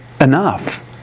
enough